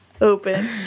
Open